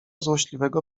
złośliwego